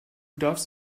darfst